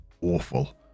awful